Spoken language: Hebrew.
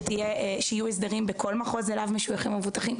שיהיו הסדרים בכל מחוז שאליו משויכים המבוטחים.